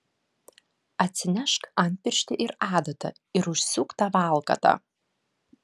atsinešk antpirštį ir adatą ir užsiūk tą valkatą